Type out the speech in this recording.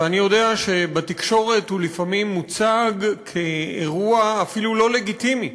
ואני יודע שבתקשורת הוא לפעמים מוצג כאירוע אפילו לא לגיטימי.